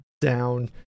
down